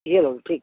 ଘିଅ ଲଡ଼ୁ ଠିକ୍